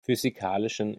physikalischen